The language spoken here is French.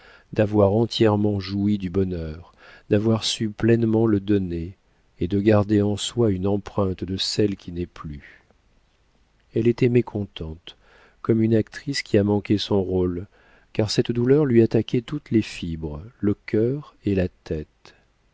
d'avoir entièrement joui du bonheur d'avoir su pleinement le donner et de garder en soi une empreinte de celle qui n'est plus elle était mécontente comme une actrice qui a manqué son rôle car cette douleur lui attaquait toutes les fibres le cœur et la tête